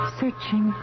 searching